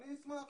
אני אשמח,